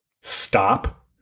stop